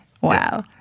Wow